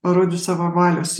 parodė savo valios